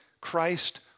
Christ